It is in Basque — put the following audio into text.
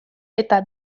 eta